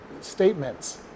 statements